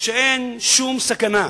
שאין שום סכנה,